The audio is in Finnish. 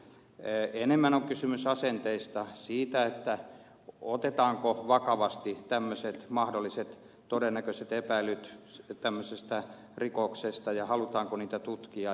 enemmän on kysymys asenteista siitä otetaanko vakavasti mahdolliset todennäköiset epäilyt tämmöisestä rikoksesta ja halutaanko niitä tutkia